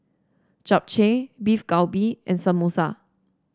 Japchae Beef Galbi and Samosa